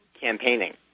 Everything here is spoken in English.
campaigning